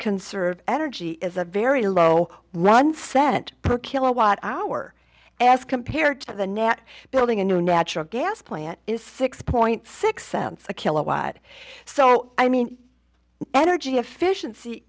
conserve energy is a very low one cent per kilowatt hour as compared to the net building a new natural gas plant is six point six cents a kilowatt so i mean energy efficiency